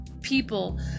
people